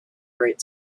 great